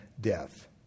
death